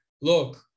look